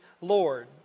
Lord